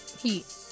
Heat